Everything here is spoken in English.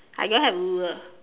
I don't have ruler